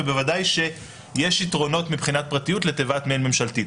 וודאי שיש יתרונות מבחינת פרטיות לתיבת מייל ממשלתית.